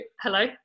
hello